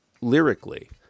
lyrically